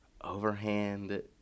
overhand